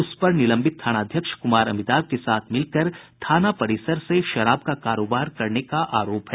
उस पर निलंबित थानाध्यक्ष कुमार अमिताभ के साथ मिलकर थाना परिसर से शराब का कारोबार करने का आरोप है